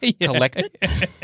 Collect